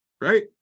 right